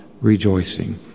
rejoicing